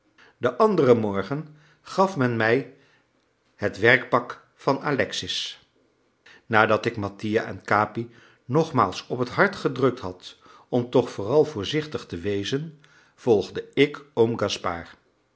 den anderen morgen gaf men mij het werkpak van alexis nadat ik mattia en capi nogmaals op het hart gedrukt had om toch vooral voorzichtig te wezen volgde ik oom